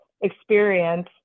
experience